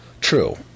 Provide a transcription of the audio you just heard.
True